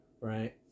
Right